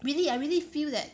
really I really feel that